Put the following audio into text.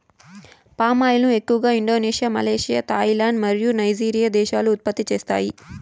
palm oil ను ఎక్కువగా Indonesia, Malaysia, Thailand మరియు నైజీరియా దేశాలు ఉత్పత్తి చేస్తాయి